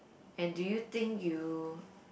and do you think you